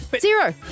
Zero